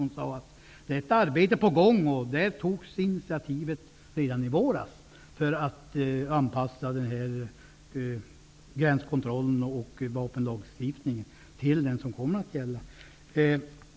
Hon sade att det togs initiativ redan i våras för att anpassa gränskontrollen och vapenlagstiftningen till de EG direktiv som kommer att gälla.